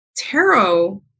tarot